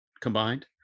combined